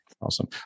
Awesome